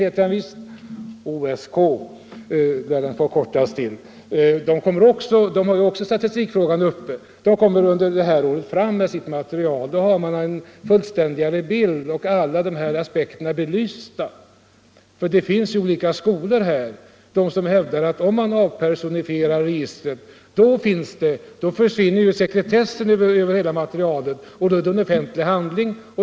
Dessa utredningar kommer under detta år att lägga fram sitt material, och vi får då en fullständigare bild med en belysning av alla dessa aspekter. Det finns i den här frågan olika skolor. En skola hävdar att om man avpersonifierar registret, så försvinner sekretessen och materialet blir en offentlig handling.